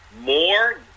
more